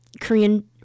Korean